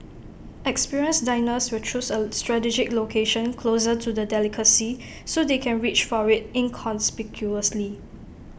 experienced diners will choose A strategic location closer to the delicacy so they can reach for IT inconspicuously